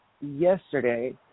yesterday